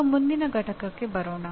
ಈಗ ಮುಂದಿನ ಪಠ್ಯಕ್ಕೆ ಬರೋಣ